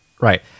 right